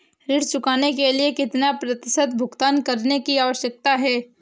ऋण चुकाने के लिए कितना प्रतिशत भुगतान करने की आवश्यकता है?